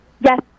Yes